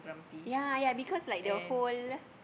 ya ya because of like the whole